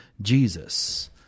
Jesus